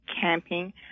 camping